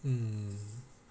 mm